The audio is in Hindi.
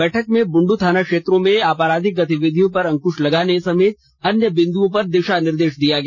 बैठक में बुंडू थाना क्षेत्रों में आपराधिक गतिविधियों पर अंकुश लगाने समेत अन्य बिंदुओं पर दिशा निर्देश दिया गया